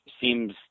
seems